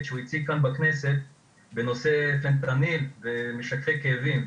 שהוא הציג כאן בכנסת בנושא משככי כאבים,